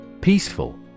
Peaceful